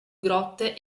grotte